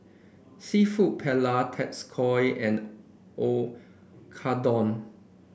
seafood Paella Tacos and Oyakodon